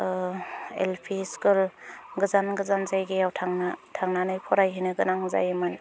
L P school गोजान गोजान जायगायाव थांनानै फरायहैनो गोनां जायोमोन